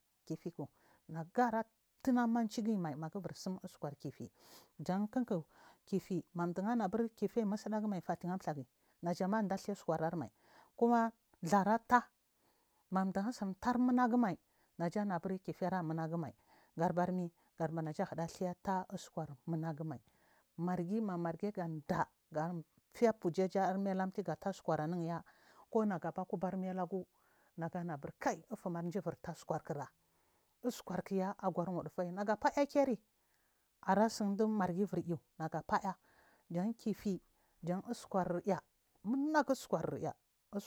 Kefik magara tuna mamargina magubbursin kifi ko uskurkifi jan kkiki madu a. aburya kifi amusudgumai fatiya ɗhegi majamade dha uskuramai jara tah madu asintar munagumai najanubur kifir amunagumai naja nubur kifir amunaguman najamubur kifir a munaguman gaɗabar naja hida elhe temu negumui margi mamargi vurds waa fefujaja armiya iamtiga ter uskur anuya kunagu akwa kuber miya legu neganu burky ufamar tibur tah sukura usku ya agur mudufagu nagu kai are tsin ɗnn margi bur my naga faya fan kifi jan uskkuray munagu ukurya.